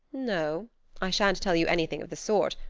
no i shan't tell you anything of the sort,